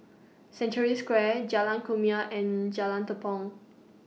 Century Square Jalan Kumia and Jalan Tepong